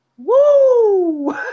Woo